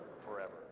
forever